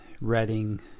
Reading